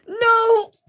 No